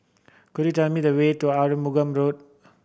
could you tell me the way to Arumugam Road